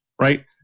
right